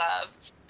love